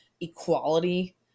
equality